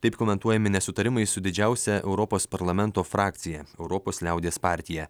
taip komentuojami nesutarimai su didžiausia europos parlamento frakcija europos liaudies partija